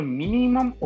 minimum